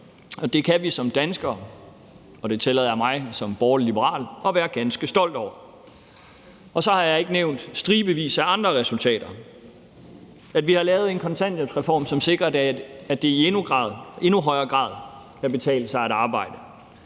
og det kan vi som danskere – og det tillader jeg mig også som borgerlig-liberal at være – være ganske stolte over. Så har jeg ikke nævnt stribevis af andre resultater. Vi har lavet en kontanthjælpsreform, som sikrer, at det i endnu højere grad kan betale sig at arbejde.